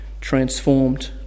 transformed